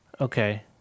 Okay